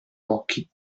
occhi